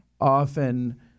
often